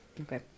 Okay